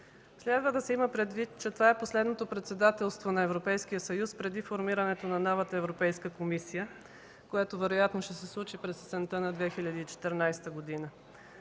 Следва да се има предвид, че това е последно председателство на Европейския съюз преди формирането на новата Европейска комисия, която вероятно ще се случи през есента на 2014 г.